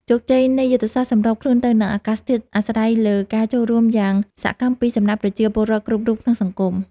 ជោគជ័យនៃយុទ្ធសាស្ត្រសម្របខ្លួនទៅនឹងអាកាសធាតុអាស្រ័យលើការចូលរួមយ៉ាងសកម្មពីសំណាក់ប្រជាពលរដ្ឋគ្រប់រូបក្នុងសង្គម។